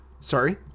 Sorry